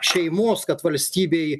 šeimos kad valstybėj